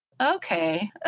Okay